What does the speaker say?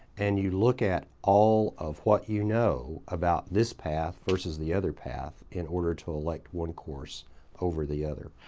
and you look at all of what you know about this path versus the other path in order to elect one course over the other.